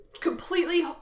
Completely